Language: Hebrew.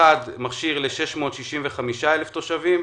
1 ל-665,000 תושבים,